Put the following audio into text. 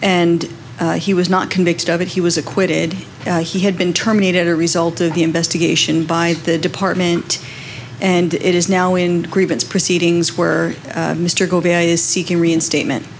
and he was not convicted of it he was acquitted he had been terminated a result of the investigation by the department and it is now in grievance proceedings where mr gove is seeking reinstatement